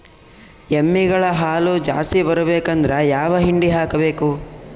ಎಮ್ಮಿ ಗಳ ಹಾಲು ಜಾಸ್ತಿ ಬರಬೇಕಂದ್ರ ಯಾವ ಹಿಂಡಿ ಹಾಕಬೇಕು?